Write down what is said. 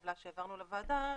בטבלה שהעברנו לוועדה.